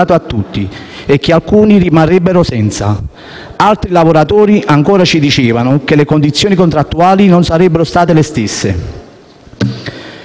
a tutti e che alcuni rimarrebbero senza. Altri lavoratori ancora ci dicevano che le condizioni contrattuali non sarebbero state le stesse.